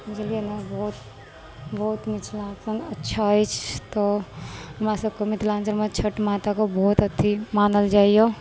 बुझलियै ने बहुत बहुत मिथिलांचल अच्छा अछि तऽ हमरा सबके मिथिलांचलमे छठि माताके बहुत अथी मानल जाइया